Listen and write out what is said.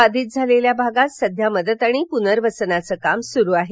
बाधित झालेल्या भागात सध्या मदत आणि पुनर्वसनाचं काम सुरू आहे